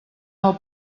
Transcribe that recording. del